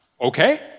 Okay